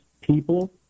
people